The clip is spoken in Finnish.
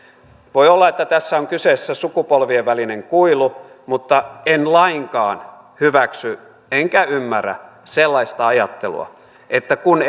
voi olla että tässä on kyseessä sukupolvien välinen kuilu mutta en lainkaan hyväksy enkä ymmärrä sellaista ajattelua että kun